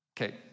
Okay